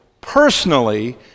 personally